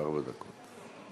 ארבע דקות.